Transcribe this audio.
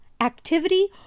activity